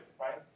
right